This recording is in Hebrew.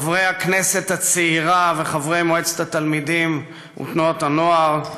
חברי הכנסת הצעירה וחברי מועצת התלמידים ותנועות הנוער,